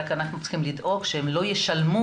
אנחנו צריכים לדאוג שהם לא ישלמו